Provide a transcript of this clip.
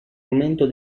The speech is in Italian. momento